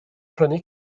prynu